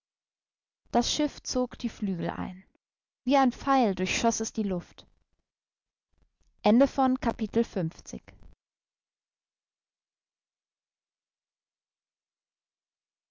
das schiff zog die flügel ein wie ein pfeil durchschoß es die luft